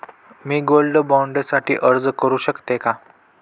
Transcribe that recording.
मी gold bond साठी अर्ज करु शकते का?